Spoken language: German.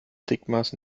stigmas